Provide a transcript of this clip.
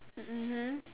mmhmm